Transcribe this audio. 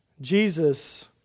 Jesus